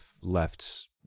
left